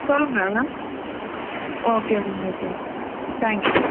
சொல்லுங்கள் ma'am okay ma'am okay ma'am thank you ma'am